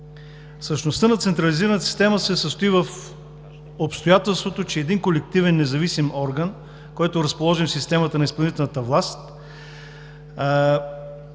Същността на централизираната система се състои в обстоятелството, че един колективен независим орган, който е разположен в системата на изпълнителната власт,